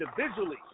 individually